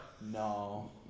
No